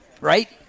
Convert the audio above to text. right